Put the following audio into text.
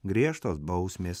griežtos bausmės